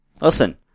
Listen